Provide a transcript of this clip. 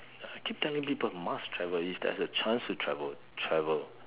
I keep telling people must travel if there's a chance to travel travel